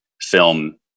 film